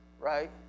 Right